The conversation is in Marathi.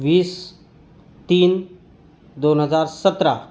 वीस तीन दोन हजार सतरा